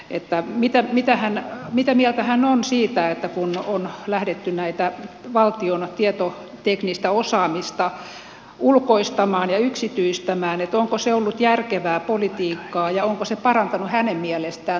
että mitä mitä kataiselta mitä mieltä hän on siitä että kun on lähdetty tätä valtion tietoteknistä osaamista ulkoistamaan ja yksityistämään onko se ollut järkevää politiikkaa ja onko se parantanut hänen mielestään tuottavuutta valtiolla